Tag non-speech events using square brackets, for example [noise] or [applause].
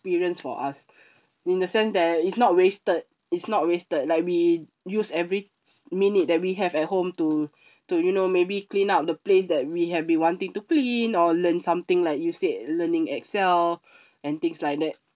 experience for us [breath] in the sense that it's not wasted is not wasted like we use every minute that we have at home to [breath] to you know maybe clean up the place that we have been wanting to clean or learn something like you said learning Excel [breath] and things like that